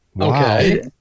okay